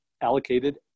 allocated